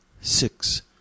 six